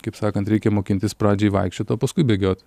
kaip sakant reikia mokintis pradžiai vaikščiot o paskui bėgiot